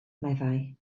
meddai